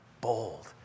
bold